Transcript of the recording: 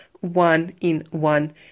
one-in-one